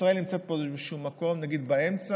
ישראל נמצאת פה באיזשהו מקום באמצע,